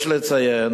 יש לציין